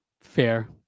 Fair